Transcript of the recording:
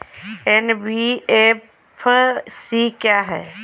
NBFC क्या है?